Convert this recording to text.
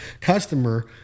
customer